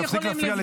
זה כלי לאסוף ראיה.